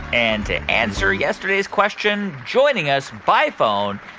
and to answer yesterday's question, joining us by phone,